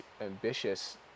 ambitious